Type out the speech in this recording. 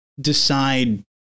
decide